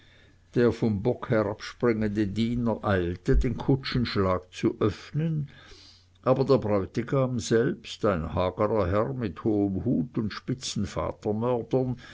der vom bock herabspringende diener eilte den kutschenschlag zu öffnen aber der bräutigam selbst ein hagerer herr mit hohem hut und